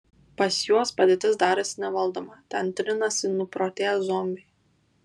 pas juos padėtis darėsi nevaldoma ten trinasi nuprotėję zombiai